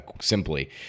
simply